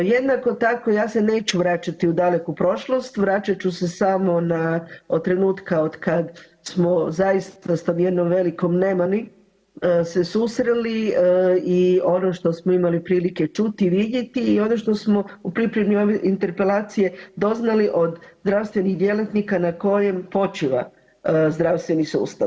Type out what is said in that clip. Jednako tako ja se neću vraćati u daleku prošlost, vraćat ću se samo od trenutka kad smo zaista sa jednom velikom nemani se susreli i ono što smo imali prilike čuti, vidjeti i ono što smo u pripremi ove interpelacije doznali od zdravstvenih djelatnika na kojem počiva zdravstveni sustav.